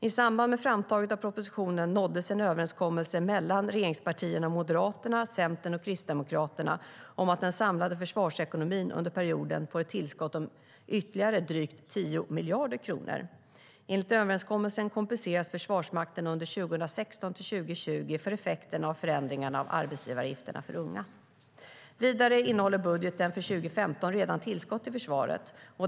I samband med framtagandet av propositionen nåddes en överenskommelse mellan regeringspartierna och Moderaterna, Centern och Kristdemokraterna om att den samlade försvarsekonomin under perioden får ett tillskott om ytterligare drygt 10 miljarder kronor. Enligt överenskommelsen kompenseras Försvarsmakten under 2016-2020 för effekterna av förändringarna av arbetsgivaravgifterna för unga. Vidare innehåller budgeten för 2015 redan tillskott till försvaret.